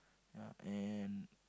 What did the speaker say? ya and